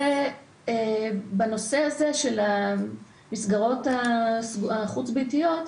בנושא הזה של המסגרות החוץ ביתיות,